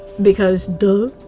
because. duh.